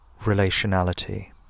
relationality